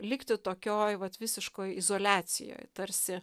likti tokioj vat visiškoj izoliacijoj tarsi